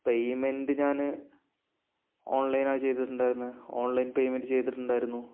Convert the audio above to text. payment ഞാൻ online ആണ് ചെയ്തിട്ടുണ്ടായിരുന്നത് ഓൺലൈൻ പേയ്മെന്റ് ചെയ്തിട്ടുണ്ടായിരുന്നു